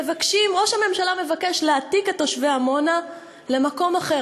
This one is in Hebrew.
ראש הממשלה מבקש להעתיק את תושבי עמונה למקום אחר,